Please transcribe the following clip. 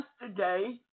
yesterday